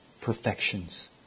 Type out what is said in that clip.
perfections